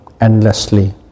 endlessly